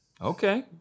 okay